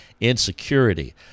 insecurity